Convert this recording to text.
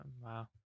Wow